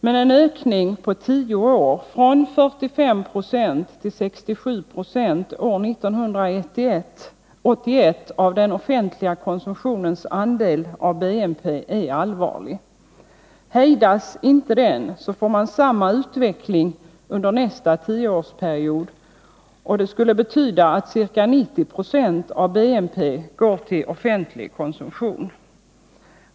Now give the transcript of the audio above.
Men en ökning på tio år från 45 9 till 67 20 år 1981 av den offentliga konsumtionens andel av BNP är allvarlig. Hejdas den inte utan får samma utveckling under nästa tioårsperiod, skulle det betyda att ca 90 96 av BNP går till offentlig konsumtion.